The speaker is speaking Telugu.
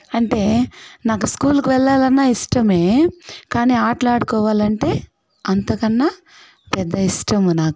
అంటే నాకు స్కూలుకి వెళ్లాలన్న ఇష్టమే కానీ ఆటలాడుకోవాలంటే అంతకన్నా పెద్ద ఇష్టము నాకు